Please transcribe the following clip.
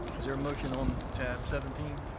is there a motion on tab seventeen?